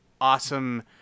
awesome